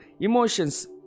emotions